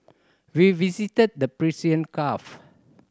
we visited the Persian Gulf